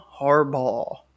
harbaugh